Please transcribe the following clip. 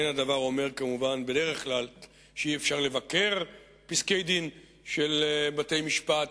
אין הדבר אומר כמובן בדרך כלל שאי-אפשר לבקר פסקי-דין של בתי-משפט,